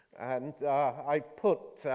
and i put